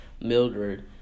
Mildred